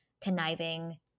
conniving